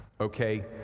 Okay